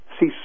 see